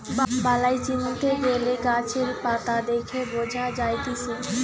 বালাই চিনতে গ্যালে গাছের পাতা দেখে বঝা যায়তিছে